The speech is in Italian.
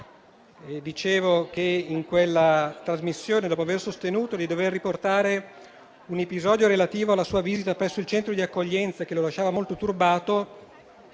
Dicevo che in quella trasmissione, dopo aver sostenuto di dover riportare un episodio relativo alla sua visita presso il centro di accoglienza, che lo lasciava molto turbato,